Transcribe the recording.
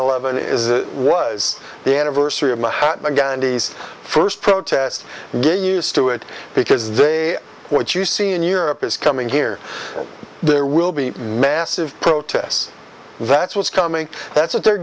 eleven is was the anniversary of the gandhi's first protest get used to it because they what you see in europe is coming here there will be massive protests that's what's coming that's what they're